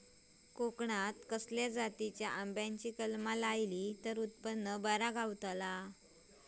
कोकणात खसल्या जातीच्या आंब्याची कलमा लायली तर उत्पन बरा गावताला?